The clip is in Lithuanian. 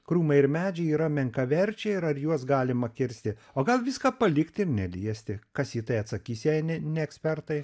krūmai ir medžiai yra menkaverčiai ir ar juos galima kirsti o gal viską palikti ir neliesti kas į tai atsakys jei ne ne ekspertai